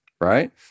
right